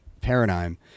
paradigm